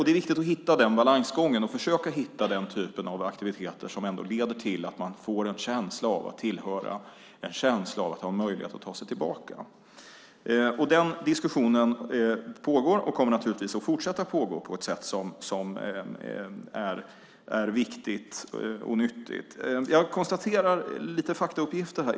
Det är viktigt att hitta en balans och försöka hitta den typ av aktiviteter som ändå leder till att man får en känsla av att tillhöra, en känsla av att ha en möjlighet att ta sig tillbaka. Den diskussionen pågår och kommer naturligtvis att fortsätta att pågå på ett sätt som är viktigt och nyttigt. Jag nämner lite faktauppgifter här.